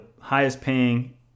highest-paying